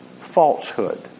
falsehood